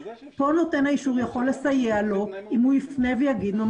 כאן נותן האישור יכול לסייע לו אם הוא יפנה ויגיד לו,